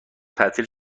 تعطیل